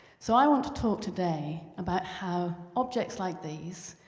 so i want to talk today about how objects like these,